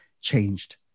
changed